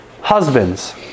Husbands